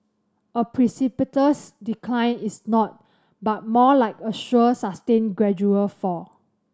a precipitous decline is not but more like a sure sustained gradual fall